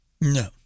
No